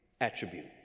attribute